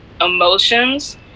emotions